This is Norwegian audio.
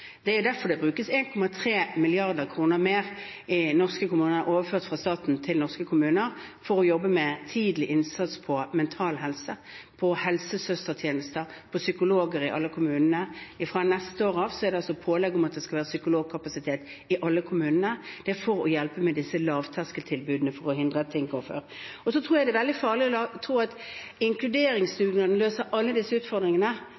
Det er derfor det brukes 1,3 mrd. kr mer i norske kommuner – overført fra staten til norske kommuner – for å jobbe med tidlig innsats på mental helse, på helsesøstertjenester og psykologer i alle kommunene. Fra neste år er det pålegg om at det skal være psykologkapasitet i alle kommunene. Det er for å hjelpe til med disse lavterskeltilbudene for å hindre ting. Det er veldig farlig å tro at inkluderingsdugnaden løser alle disse utfordringene. Det er veldig